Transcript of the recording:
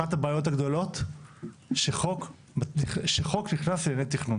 אחת הבעיות הגדולות שחוק נכנס לענייני תכנון